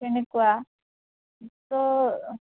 তেনেকুৱা ত'